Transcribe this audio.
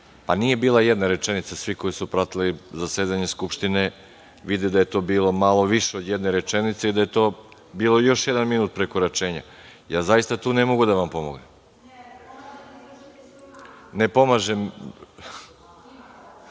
nije bila jedna rečenica, svi koji su pratili zasedanje Skupštine vide da je to bilo malo više od jedne rečenice i da je to bio još jedan minut prekoračenja. Ja zaista tu ne mogu da vam pomognem.(Nataša